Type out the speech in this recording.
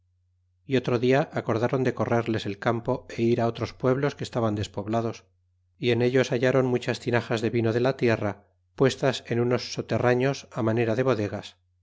é otro dia acordaron de correrles el campo e irá otros pueblos que estaban despoblados yen ellos hallaron muchas tinajas de vino de la tierra puestas en unos soterraños á manera de bodegas